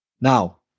Now